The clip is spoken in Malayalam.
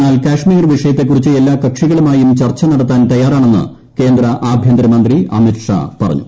എന്നാൽ കശ്മീർ വിഷയത്തെക്കുറിച്ച് എല്ലാ കക്ഷികളുമായും ചർച്ച നടത്താൻ തയ്യാറാണെന്ന് കേന്ദ്രആഭ്യന്തര മന്ത്രി അമിത് ഷാ പറഞ്ഞു